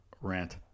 rant